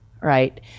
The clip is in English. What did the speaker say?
right